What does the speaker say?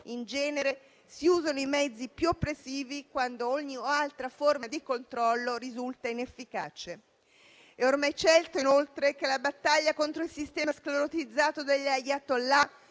in genere si usano i mezzi più oppressivi quando ogni altra forma di controllo risulta inefficace. È ormai certo, inoltre, che la battaglia contro il sistema sclerotizzato degli *ayatollah*